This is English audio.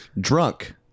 drunk